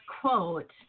quote